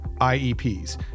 IEPs